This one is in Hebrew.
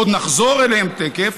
עוד נחזור אליהם תכף,